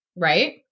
right